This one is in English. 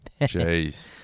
Jeez